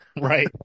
Right